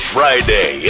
Friday